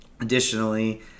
Additionally